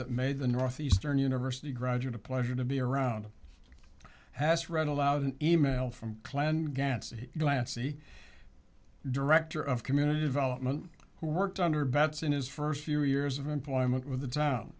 that made the northeastern university graduate a pleasure to be around has read aloud email from clan gansey glassy director of community development who worked under bets in his first few years of employment with the town